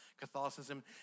Catholicism